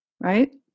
Right